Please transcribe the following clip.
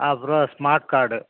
அப்புறம் smart card